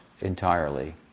entirely